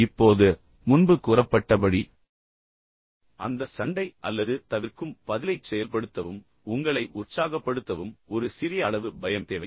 இப்போது முன்பு கூறப்பட்டபடி அந்த சண்டை அல்லது பறக்கும் பதிலைச் செயல்படுத்தவும் பின்னர் உங்களை உற்சாகப்படுத்தவும் ஒரு சிறிய அளவு பயம் தேவை